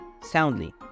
soundly